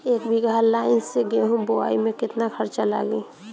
एक बीगहा लाईन से गेहूं बोआई में केतना खर्चा लागी?